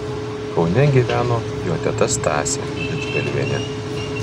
kaune gyveno jo teta stasė didžgalvienė